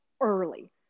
early